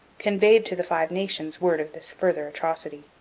conveyed to the five nations word of this further atrocity.